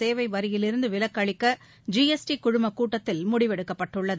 சேவை வரியிலிருந்து விலக்கு அளிக்க ஜி எஸ் டி குழுமக் கூட்டத்தில் முடிவெடுக்கப்பட்டுள்ளது